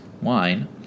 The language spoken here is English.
wine